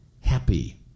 happy